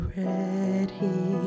ready